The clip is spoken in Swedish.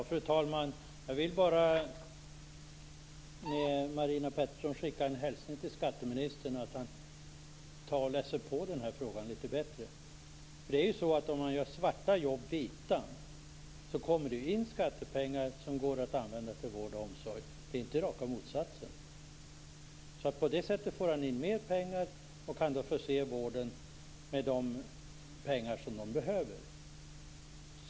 Fru talman! Jag vill bara genom Marina Pettersson skicka en hälsning till skatteministern, att han skall läsa på litet bättre i den här frågan. Om man gör svarta jobb vita kommer det in skattepengar som går att använda till vård och omsorg - det är inte raka motsatsen. På det sättet får han alltså in mer pengar och kan förse vården med de pengar som behövs där.